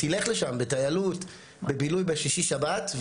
תלך לשם בטיילות בבילוי בשישי שבת,